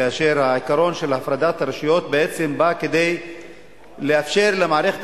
כאשר העיקרון של הפרדת הרשויות בעצם בא כדי לאפשר למערכת